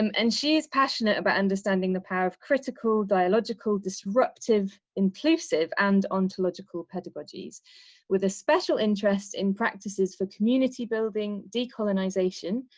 um and she is passionate about understanding the power of critical, dialogical disruptive. inclusive and ontological pedagogies with a special interest in practices for community building, decolonization,